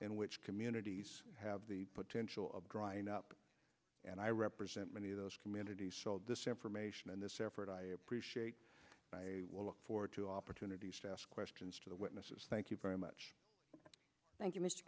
in which communities have the potential of drying up and i represent many of those communities so this information in this effort i appreciate i will look forward to opportunities to ask questions to the witnesses thank you very much thank you m